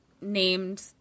named